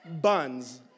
Buns